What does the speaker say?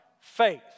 Faith